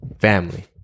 family